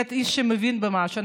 איש שמבין במשהו.